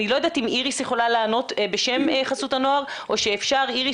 אני לא יודעת אם איריס יכולה לענות בשם חסות הנוער או שאפשר איריס,